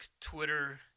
Twitter